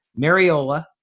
Mariola